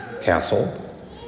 castle